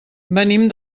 venim